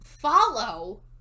Follow